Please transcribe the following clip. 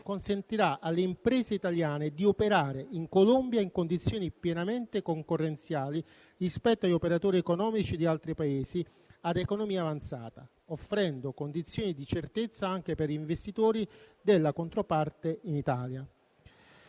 consentirà alle imprese italiane di operare in Colombia in condizioni pienamente concorrenziali rispetto agli operatori di altri Paesi ad economia avanzata, offrendo condizioni di certezza anche per investitori della controparte in Italia.